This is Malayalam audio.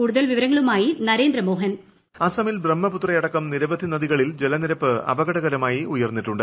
കൂടുതൽ വിവരങ്ങളുമായി നരേന്ദ്രമോഹൻ വോയിസ് അസമിൽ ബ്രഹ്മപുത്രയടക്കം നിരവധി നദികളിൽ ജലനിരപ്പ് അപകടകരമായി ഉയർന്നിട്ടുണ്ട്